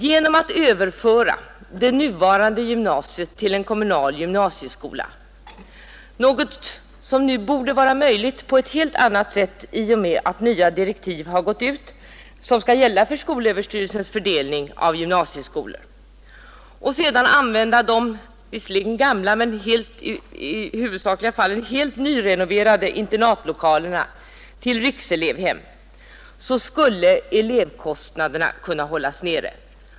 Genom att överföra det nuvarande gymnasiet till en kommunal gymnasieskola — något som nu borde vara möjligt på ett helt annat sätt i och med att nya direktiv har gått ut som skall gälla för skolöverstyrelsens fördelning av gymnasieskolor — och sedan använda de visserligen gamla men huvudsakligen helt nyrenoverade internatlokalerna till rikselevhem skulle man kunna hålla elevkostnaderna nere.